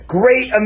great